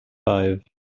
five